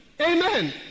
Amen